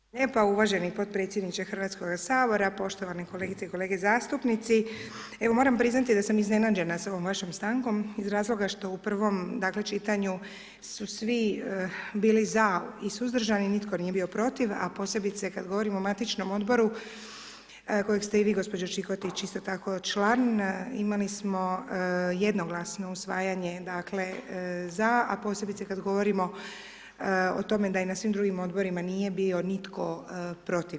Hvala lijepa uvaženi podpredsjedniče Hrvatskoga sabora, poštovane kolegice i kolege zastupnici evo moram priznati da sam iznenađena s ovom vašom stankom iz razloga što u prvom dakle čitanju su svi bili za i suzdržani i nitko nije bio protiv, a posebice kad govorim o matičnom odboru kojeg ste i vi gospođo Čikotić isto tako član, imali smo jednoglasno usvajanje dakle za, a posebice kad govorimo o tome da i na svim odborima nije bio nitko protiv.